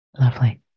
Lovely